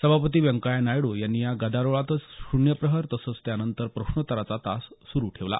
सभापती व्यंकय्या नायडू यांनी या गदारोळातच शून्यप्रहर तसंच त्यानंतर प्रश्नोत्तराचा तास सुरू ठेवला